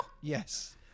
Yes